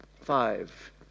Five